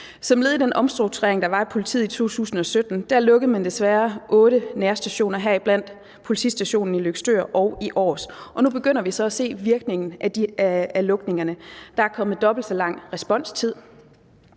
Som led i den omstrukturering, der var af politiet i 2017, lukkede man desværre 8 nærstationer, heriblandt politistationerne i Løgstør og Aars, og nu begynder vi så at se virkningen af lukningerne. Der er kommet dobbelt så lang responstid